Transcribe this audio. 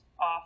off